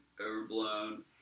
overblown